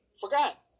forgot